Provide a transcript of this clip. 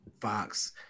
Fox